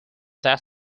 that